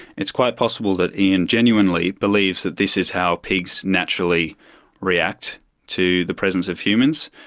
it's quite possible that ean genuinely believes that this is how pigs naturally react to the presence of humans